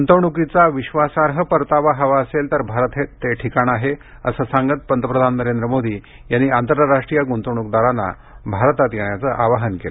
गुंतवणुकीचा विश्वासार्ह परतावा हवा असेल तर भारत ते ठिकाण आहे असं सांगत पंतप्रधान नरेंद्र मोदी यांनी आंतरराष्ट्रीय गुंतवणूकदारांना भारतात येण्याचं आवाहन केलं